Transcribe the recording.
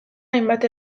hainbat